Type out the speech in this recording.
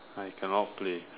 I cannot play